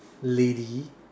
lady